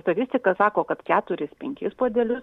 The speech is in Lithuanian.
statistika sako kad keturis penkis puodelius